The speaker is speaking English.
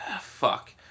Fuck